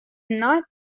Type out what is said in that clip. not